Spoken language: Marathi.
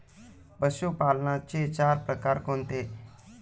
पशुपालनाचे चार प्रकार कोणते?